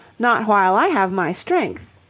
not while i have my strength!